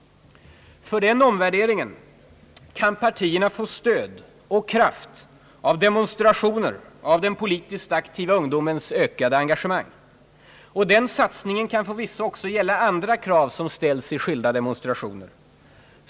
För den omvärderingen kan partierna få stöd och kraft av demonstrationer och av den politiskt aktiva ungdomens ökade engagemang. Den satsningen kan förvisso också gälla andra krav som ställs i skilda demonstrationer.